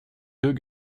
deux